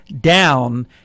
down